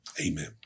Amen